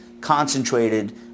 concentrated